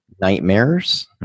nightmares